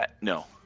no